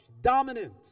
dominant